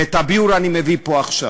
ואת הביאור אני מביא פה עכשיו.